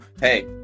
Hey